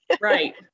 Right